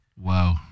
Wow